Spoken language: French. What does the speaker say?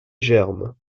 germent